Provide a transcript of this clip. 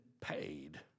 paid